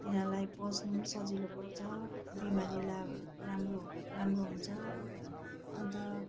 तिनीहरूलाई पच्नु पनि सजिलो पर्छ बिमारीलाई अब राम्रो राम्रो हुन्छ अन्त